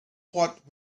what